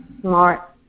smart